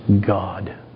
God